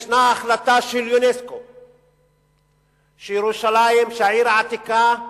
יש החלטה של אונסק"ו שירושלים, העיר העתיקה,